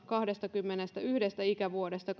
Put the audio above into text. kahdestakymmenestäyhdestä ikävuodesta